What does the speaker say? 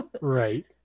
right